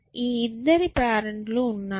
ఈ ఇద్దరు పేరెంట్ లు ఉన్నాయి